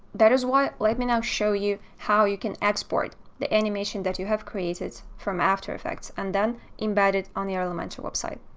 that is why let me now show you how you can export the animation that you have created from after effects and then embed it on your elementor website,